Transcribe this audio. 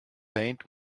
paint